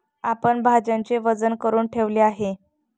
आपण भाज्यांचे वजन करुन ठेवले आहे